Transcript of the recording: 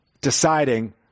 deciding